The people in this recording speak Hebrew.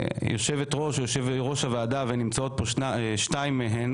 יושבי ראש הוועדה, נמצאות פה שתיים מהן